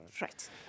right